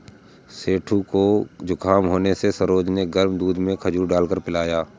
सेठू को जुखाम होने से सरोज ने गर्म दूध में खजूर डालकर पिलाया